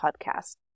podcast